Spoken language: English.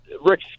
rick